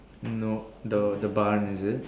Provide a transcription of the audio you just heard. no the the barn is it